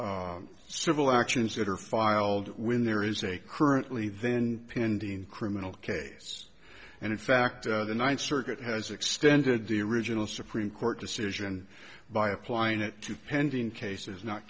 civil actions that are filed when there is a currently then pending criminal case and in fact the ninth circuit has extended the original supreme court decision by applying it to pending cases not